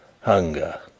Hunger